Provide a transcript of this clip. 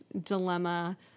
dilemma